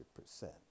percent